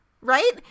Right